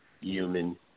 human